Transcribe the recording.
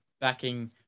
backing